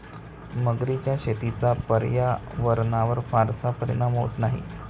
मगरीच्या शेतीचा पर्यावरणावर फारसा परिणाम होत नाही